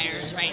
right